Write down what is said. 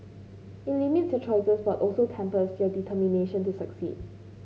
it limits your choices but also tempers your determination to succeed